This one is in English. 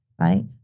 right